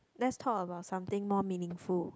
let's talk about something more meaningful